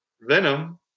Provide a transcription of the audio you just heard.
Venom